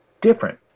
different